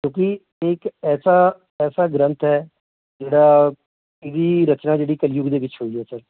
ਕਿਉਂਕਿ ਇਹ ਇਕ ਐਸਾ ਐਸਾ ਗ੍ਰੰਥ ਹੈ ਜਿਹੜਾ ਇਹਦੀ ਰਚਨਾ ਜਿਹੜੀ ਕਲਯੁਗ ਦੇ ਵਿੱਚ ਹੋਈ ਹੈ ਸਰ